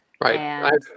Right